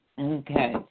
Okay